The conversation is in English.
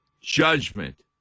judgment